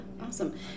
awesome